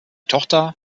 tochter